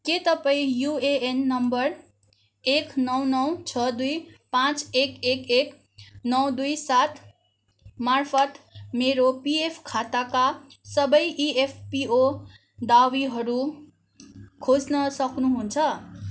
के तपाईँ UAN number एक नौ नौ छ दुई पाँच एक एक एक नौ दुई सातमार्फत मेरो पिएफ खाताका सबै इएफपिओ दावीहरू खोज्न सक्नुहुन्छ